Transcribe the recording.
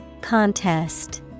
Contest